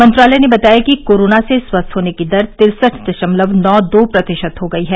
मंत्रालय ने बताया कि कोरोना से स्वस्थ होने की दर तिरसठ दशमलव नौ दो प्रतिशत हो गई है